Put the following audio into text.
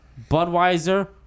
Budweiser